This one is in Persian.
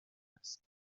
است